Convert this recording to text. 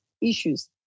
issues